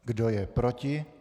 Kdo je proti?